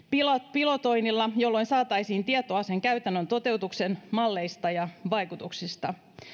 pilotoinnilla jolloin saataisiin tietoa sen käytännön toteutuksen malleista ja vaikutuksista